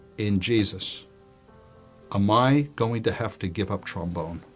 in jesus am i going to have to give up trombone